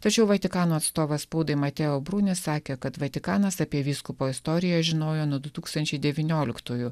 tačiau vatikano atstovas spaudai mateo bruni sakė kad vatikanas apie vyskupo istoriją žinojo nuo du tūkstančiai devynioliktųjų